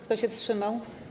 Kto się wstrzymał?